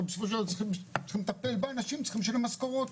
הרי בסופו של דבר צריך לטפל באנשים וצריכים לשלם משכורות.